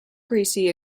greasy